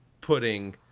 putting